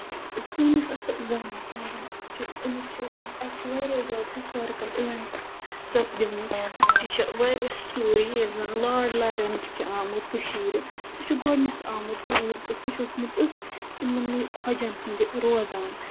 سٲنِس اَتھ گامَس منٛزَن اَتھ چھُ اَمِکۍ چھِ اَتہِ چھُ واریاہ زیادٕ ہِسٹارِکَل اِوٮ۪نٛٹٕس سَپدِمٕتۍ اَتہِ چھِ واریاہ سٹوری ییٚلہِ زَن لاڈ لارٮ۪نٕس چھِ آمُت کٔشیٖرِ سُہ چھُ گۄڈنٮ۪تھ آمُت اوٗرۍ تہٕ سُہ چھُ اوسمُت أتھۍ یِمَنٕے خۄجَن ہٕنٛدِ روزان